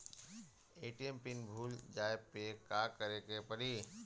ATM pin भूल जाए पे का करे के पड़ी?